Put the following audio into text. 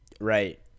Right